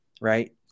right